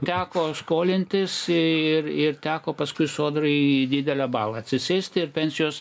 teko skolintis ir ir teko paskui sodrai į didelę balą atsisėsti ir pensijos